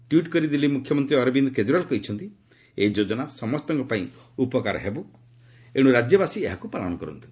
tweet କରି ଦିଲ୍ଲୀ ମୁଖ୍ୟମନ୍ତ୍ରୀ ଅରବିନ୍ଦ କେଜରିଓ୍ବାଲ୍ କହିଛନ୍ତି ଏହି ଯୋଜନା ସମସ୍ତଙ୍କ ପାଇଁ ଉପକାର ହେବ ଏଣୁ ରାଜ୍ୟବାସୀ ଏହାକୁ ପାଳନ କରନ୍ତୁ